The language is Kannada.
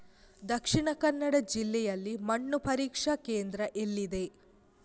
ದಕ್ಷಿಣ ಕನ್ನಡ ಜಿಲ್ಲೆಯಲ್ಲಿ ಮಣ್ಣು ಪರೀಕ್ಷಾ ಕೇಂದ್ರ ಎಲ್ಲಿದೆ?